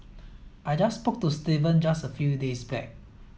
I just spoke to Steven just a few days back